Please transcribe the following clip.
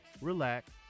relax